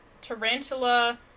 Tarantula